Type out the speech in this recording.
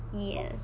yes